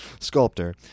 sculptor